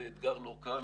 זה אתגר לא קל,